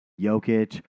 Jokic